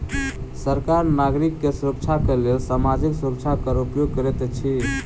सरकार नागरिक के सुरक्षाक लेल सामाजिक सुरक्षा कर उपयोग करैत अछि